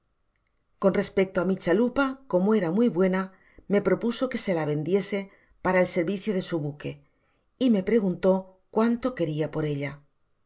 con respecto á mi chalupa como era muy buena me propuso que se la vendiese para el servicio de su buque y me preguntó cuánto queria por ella